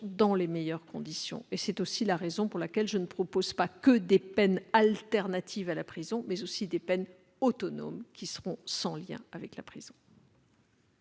dans les meilleures conditions. C'est aussi la raison pour laquelle je propose, outre des peines alternatives à la prison, des peines autonomes, qui seront sans lien avec la prison.